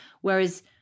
whereas